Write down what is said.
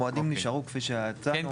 המועדים נשארו כפי שהצענו,